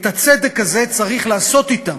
את הצדק הזה צריך לעשות אתם,